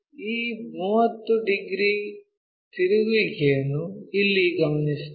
ಈ 30 ಡಿಗ್ರಿ ತಿರುಗುವಿಕೆಯನ್ನು ಇಲ್ಲಿ ಗಮನಿಸುತ್ತೇವೆ